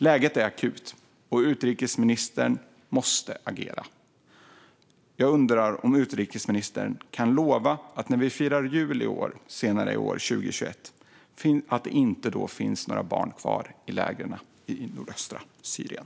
Läget är akut, och utrikesministern måste agera. Jag undrar om utrikesministern kan lova att det när vi firar jul senare i år, år 2021, inte finns några barn kvar i lägren i nordöstra Syrien.